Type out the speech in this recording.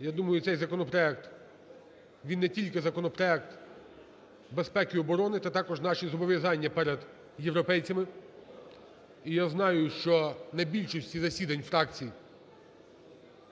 Я думаю, цей законопроект, він не тільки законопроект безпеки і оборони, це також наші зобов'язання перед європейцями. І я знаю, що на більшості засідань фракцій